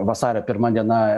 vasario pirma diena